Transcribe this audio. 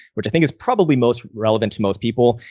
which i think is probably most relevant to most people,